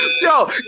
Yo